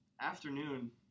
afternoon